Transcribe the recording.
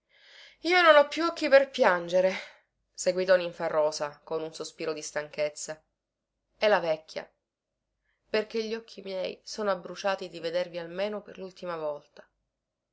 io non ho più occhi per piangere seguitò ninfarosa con un sospiro di stanchezza e la vecchia perché gli occhi miei sono abbruciati di vedervi almeno per lultima volta